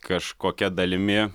kažkokia dalimi